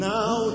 Now